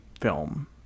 film